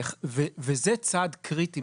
וזה צעד קריטי,